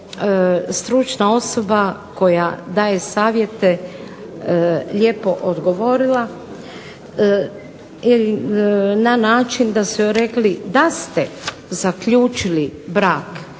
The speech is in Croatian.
stručna osoba koja daje savjete lijepo odgovorila, na način da su joj rekli da ste zaključili brak